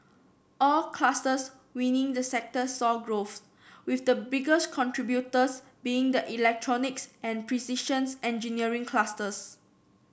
all clusters within the sector saw growth with the biggest contributors being the electronics and precisions engineering clusters